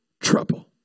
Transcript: trouble